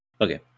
Okay